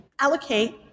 Allocate